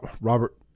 Robert